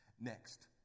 Next